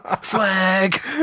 Swag